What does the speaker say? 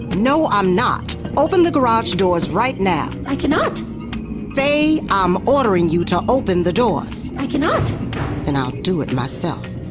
no, i'm not. open the garage doors right now i cannot faye, i'm ordering you to open the doors i cannot then i'll do it myself